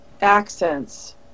accents